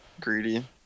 Greedy